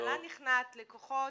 הממשלה נכנעת לכוחות,